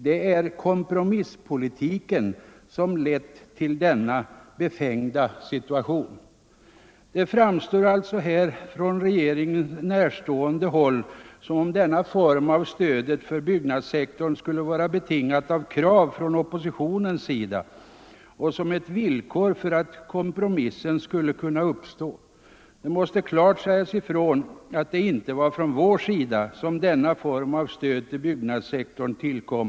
Det är kompromisspolitiken som lett till denna befängda situation.” Det framstår alltså här från regeringen närstående håll som om denna form av stöd för byggnadssektorn skulle vara betingad av krav från op Nr 114 Onsdagen den t UR ?